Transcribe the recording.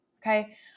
Okay